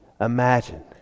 imagine